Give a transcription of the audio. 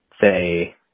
say